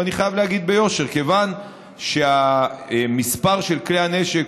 אבל אני חייב להגיד ביושר: כיוון שהמספר של כלי הנשק,